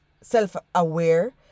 self-aware